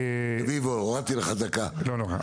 תודה רבה.